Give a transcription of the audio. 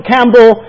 Campbell